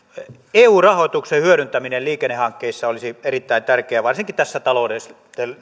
eu rahoituksen hyödyntäminen liikennehankkeissa olisi erittäin tärkeää varsinkin tässä